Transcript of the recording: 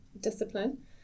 discipline